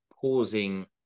pausing